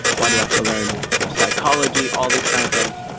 why do i have to learn psychology, all these kind of things?